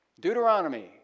Deuteronomy